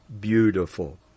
beautiful